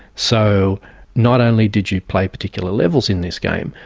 so not only did you play particular levels in this game,